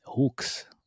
hooks